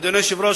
אדוני היושב-ראש,